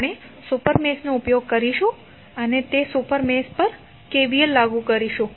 આપણે સુપર મેશનો ઉપયોગ કરીશું અને તે સુપર મેશ પર KVL લાગુ કરીશું